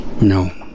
No